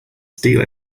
steal